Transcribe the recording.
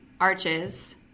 Arches